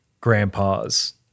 grandpa's